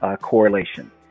correlation